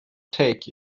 take